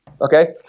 Okay